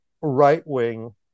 right-wing